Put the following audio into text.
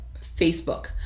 Facebook